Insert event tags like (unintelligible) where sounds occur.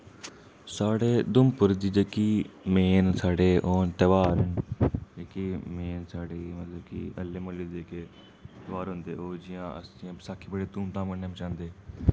साढ़े उधमपुर दी जेह्की मेन साढ़े ओह् न तेहार न जेह्के मेन साढ़ी मतलब कि (unintelligible) जेह्के तेहार होंदे ओह् जि'यां अस जि'यां बसाखी बड़े धूम धाम कन्नै मनांदे